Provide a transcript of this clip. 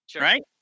right